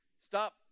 stop